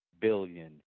billion